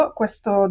questo